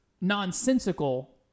nonsensical